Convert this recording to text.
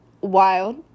wild